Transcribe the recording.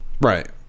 right